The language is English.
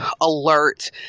alert